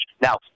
Now